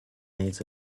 needs